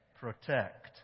protect